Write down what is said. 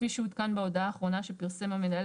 כפי שעודכן בהודעה האחרונה שפרסם המנהל